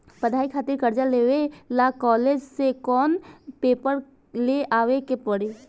पढ़ाई खातिर कर्जा लेवे ला कॉलेज से कौन पेपर ले आवे के पड़ी?